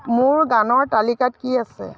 মোৰ গানৰ তালিকাত কি আছে